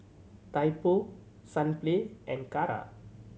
Typo Sunplay and Kara